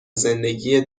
زندگی